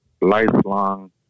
lifelong